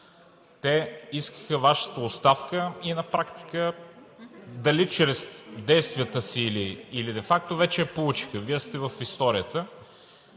Те искаха Вашата оставка и на практика – дали чрез действията си или де факто, вече я получиха – Вие сте в историята.